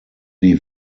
die